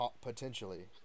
Potentially